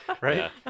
right